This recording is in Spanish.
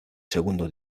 segundo